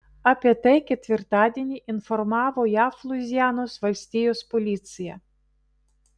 apie tai ketvirtadienį informavo jav luizianos valstijos policija